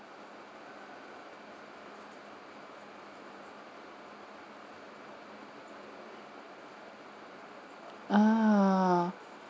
ah